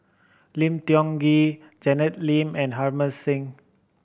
Lim Tiong Ghee Janet Lim and Harbans Singh